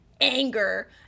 anger